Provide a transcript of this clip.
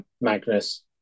Magnus